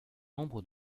nombre